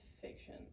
fiction